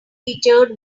featured